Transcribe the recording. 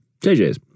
JJs